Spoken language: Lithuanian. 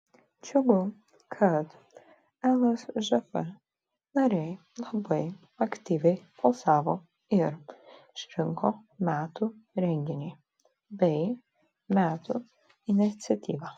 džiugu kad lsžf nariai labai aktyviai balsavo ir išrinko metų renginį bei metų iniciatyvą